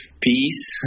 peace